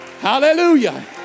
hallelujah